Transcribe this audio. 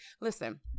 listen